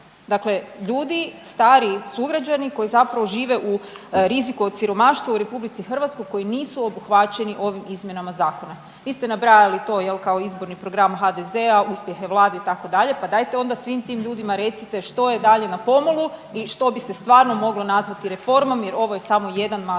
Dakle, ljudi stariji sugrađani koji zapravo žive u riziku od siromaštva u RH koji nisu obuhvaćeni ovim izmjenama zakona. Vi ste nabrajali to kao izborni program HDZ-a, uspjehe vlade itd. pa dajte onda svim tim ljudima recite što je dalje na pomolu i što bi se stvarno moglo nazvati reformom jer ovo je samo jedan mali